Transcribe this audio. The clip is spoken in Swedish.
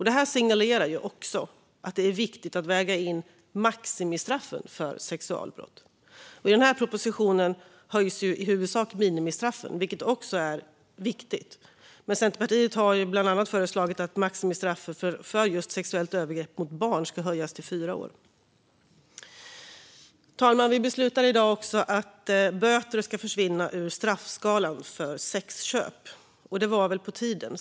Det här signalerar också att det är viktigt att väga in maximistraffen för sexualbrott. I propositionen höjs i huvudsak minimistraffen, vilket också är viktigt. Men Centerpartiet har bland annat föreslagit att maximistraffet för just sexuellt övergrepp mot barn ska höjas till fyra år. Fru talman! Vi beslutar i dag att böter ska försvinna ur straffskalan för sexköp. Det var väl på tiden.